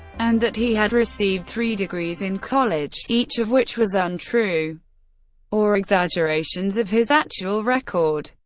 and that he had received three degrees in college, each of which was untrue or exaggerations of his actual record.